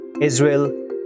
Israel